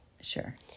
Sure